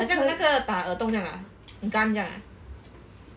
好像那个打耳洞这样啊 gun 这样啊